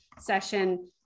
session